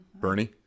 Bernie